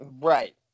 Right